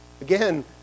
Again